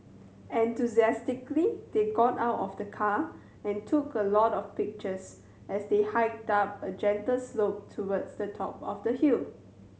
enthusiastically they got out of the car and took a lot of pictures as they hiked up a gentle slope towards the top of the hill